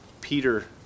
Peter